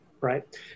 Right